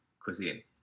cuisine